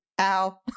Ow